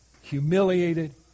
humiliated